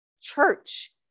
church